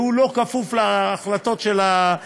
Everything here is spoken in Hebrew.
והוא לא כפוף להחלטות של חברי